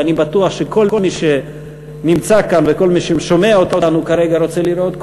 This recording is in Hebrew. ואני בטוח שכל מי שנמצא כאן וכל מי ששומע אותנו כרגע רוצה לראות,